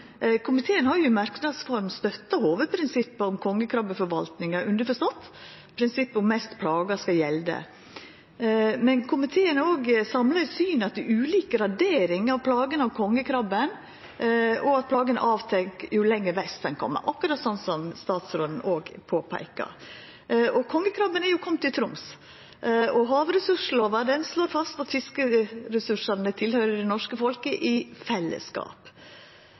Komiteen har i merknads form støtta hovudprinsippet om kongekrabbeforvaltninga, underforstått at prinsippet om «mest plaga» skal gjelda. Men komiteen er òg samla i synet på ulik gradering av plagene av kongekrabben, og at plagene minkar jo lenger vest ein kjem – akkurat som statsråden òg påpeika. Kongekrabben er komen til Troms, og havressurslova slår fast at fiskeressursane tilhøyrer det norske folk i fellesskap.